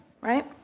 right